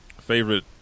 Favorite